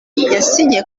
yasinye